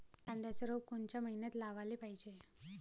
कांद्याचं रोप कोनच्या मइन्यात लावाले पायजे?